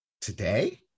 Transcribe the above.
today